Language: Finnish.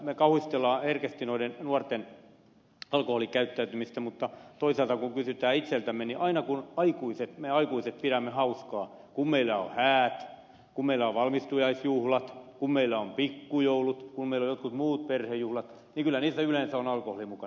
me kauhistelemme herkästi nuorten alkoholikäyttäytymistä mutta toisaalta kun kysymme itseltämme niin aina kun me aikuiset pidämme hauskaa kun meillä on häät kun meillä on valmistujaisjuhlat kun meillä on pikkujoulut kun meillä on jotkut muut perhejuhlat niin kyllä niissä yleensä on alkoholi mukana